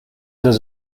does